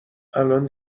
الان